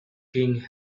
king